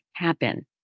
Happen